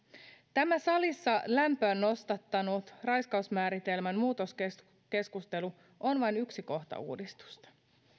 tämä salissa lämpöä nostattanut raiskausmääritelmän muutoskeskustelu on vain yksi kohta uudistuksesta